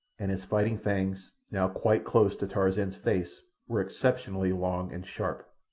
and his fighting fangs, now quite close to tarzan's face, were exceptionally long and sharp.